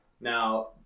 Now